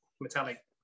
metallic